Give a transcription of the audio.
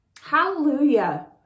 Hallelujah